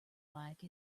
like